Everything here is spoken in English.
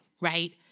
right